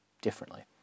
differently